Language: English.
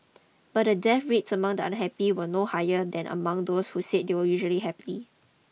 but the death rates among the unhappy were no higher than among those who said they were usually happy